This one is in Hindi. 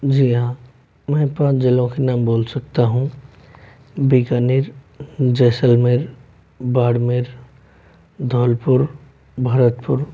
जी हाँ मैं पाँच जिलों के नाम बोल सकता हूँ बीकानेर जैसलमेर बाड़मेर धौलपुर भरतपुर